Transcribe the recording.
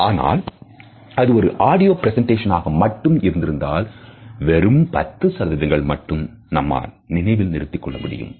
ஆனால் அது ஒரு ஆடியோ பிரசெண்டேஷன் ஆக மட்டும் இருந்திருந்தால் வெறும்10 விஷயங்களை மட்டும் நம்மால் நினைவில் நிறுத்திக் கொள்ள முடியும்